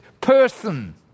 person